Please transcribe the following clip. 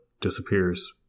disappears